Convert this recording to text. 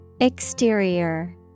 Exterior